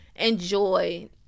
enjoy